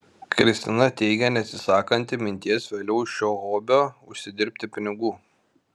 kristina teigė neatsisakanti minties vėliau iš šio hobio užsidirbti pinigų